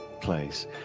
place